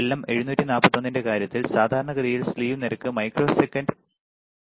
LM 741 ന്റെ കാര്യത്തിൽ സാധാരണഗതിയിൽ സ്ലീവ് നിരക്ക് മൈക്രോസെക്കൻഡ്ന് 0